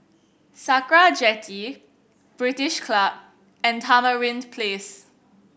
Sakra Jetty British Club and Tamarind Place